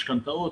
משכנתאות,